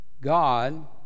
God